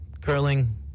curling